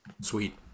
Sweet